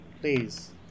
Please